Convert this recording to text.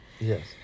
Yes